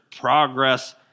progress